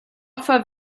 opfer